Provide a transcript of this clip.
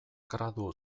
gradu